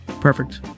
Perfect